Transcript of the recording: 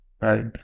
right